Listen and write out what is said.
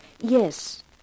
Yes